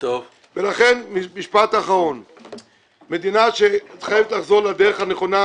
לכן, המדינה חייבת לחזור לדרך הנכונה,